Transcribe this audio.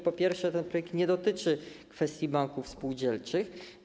Po pierwsze, ten projekt nie dotyczy banków spółdzielczych.